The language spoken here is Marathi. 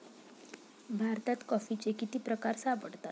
भारतात कॉफीचे किती प्रकार सापडतात?